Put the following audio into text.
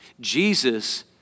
Jesus